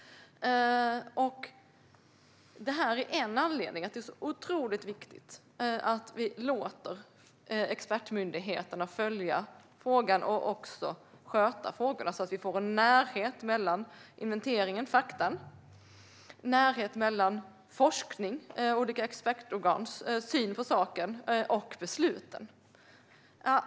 Det här är en anledning till att det är så otroligt viktigt att vi låter expertmyndigheterna följa och sköta frågorna, så att vi får en närhet mellan inventering - alltså fakta - forskning, olika expertorgans syn på saken och besluten.